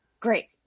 great